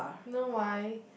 you know why